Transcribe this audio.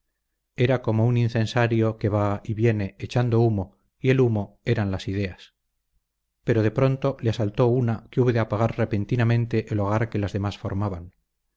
era como un incensario que va y viene echando humo y el humo eran las ideas pero de pronto le asaltó una que hubo de apagar repentinamente el hogar que las demás formaban